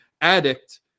addict